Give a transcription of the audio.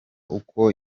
uko